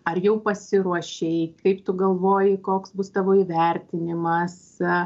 ar jau pasiruošei kaip tu galvoji koks bus tavo įvertinimas